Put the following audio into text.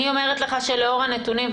אני אומרת לך שלאור הנתונים,